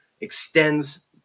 extends